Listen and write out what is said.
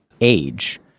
age